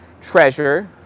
treasure